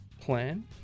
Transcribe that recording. plan